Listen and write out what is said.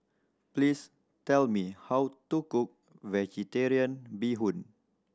please tell me how to cook Vegetarian Bee Hoon